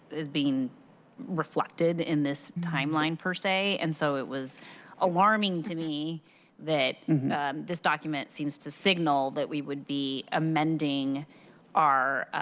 is being reflected in this timeline per se. and so it was alarming to me that this seems to signal that we would be amending our